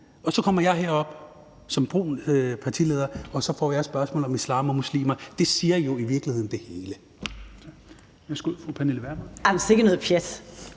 jeg så kommer herop som brun partileder, får jeg spørgsmål om islam og muslimer. Det siger jo i virkeligheden det hele.